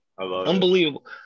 Unbelievable